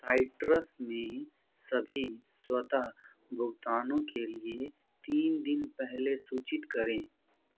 citrus में सभी स्वतः भुगतानों के लिए तीन दिन पहले सूचित करें